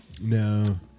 No